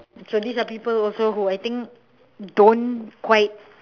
so these are people also who I think don't quite